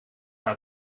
naar